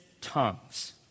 tongues